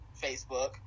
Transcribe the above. facebook